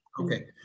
Okay